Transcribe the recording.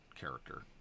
character